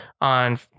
on